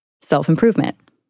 Self-improvement